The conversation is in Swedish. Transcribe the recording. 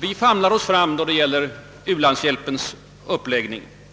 vi famlar oss fram i fråga om u-landshjälpens uppläggning.